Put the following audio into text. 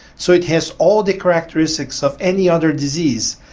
so it has all the characteristics of any other disease,